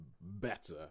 better